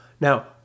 Now